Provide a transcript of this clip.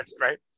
right